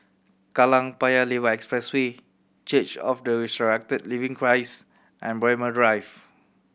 Kallang Paya Lebar Expressway Church of the Resurrected Living Christ and Braemar Drive